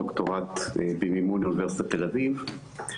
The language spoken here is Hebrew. דוקטורט במימון מאוניברסיטת תל אביב.